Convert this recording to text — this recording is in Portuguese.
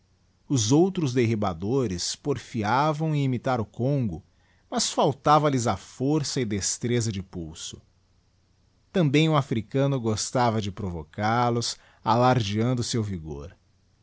os outros derribadores porfiavam em imitar o congo mas faltava-lhes a força e destreza de pulso também o africano gostava de provocal os alardiando seu vigor